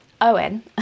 Owen